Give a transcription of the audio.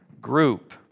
group